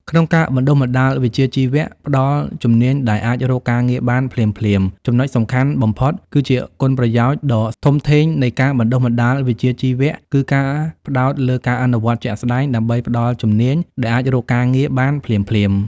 ក្នុងការបណ្តុះបណ្តាលវិជ្ជាជីវៈ ផ្តល់ជំនាញដែលអាចរកការងារបានភ្លាមៗ ចំណុចសំខាន់បំផុត និងជាគុណប្រយោជន៍ដ៏ធំធេងនៃការបណ្តុះបណ្តាលវិជ្ជាជីវៈ គឺការផ្តោតលើ ការអនុវត្តជាក់ស្តែង ដើម្បីផ្តល់ជំនាញដែលអាចរកការងារបានភ្លាមៗ។